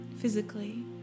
physically